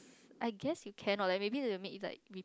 I guess you can or like maybe they will make like